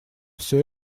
все